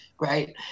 right